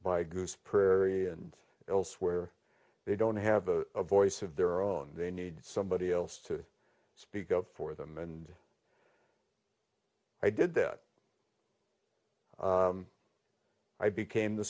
by goose prairie and elsewhere they don't have a voice of their own they need somebody else to speak up for them and i did that i became the